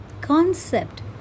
concept